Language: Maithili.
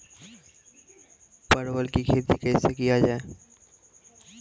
परवल की खेती कैसे किया जाय?